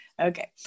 Okay